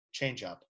ChangeUp